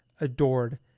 adored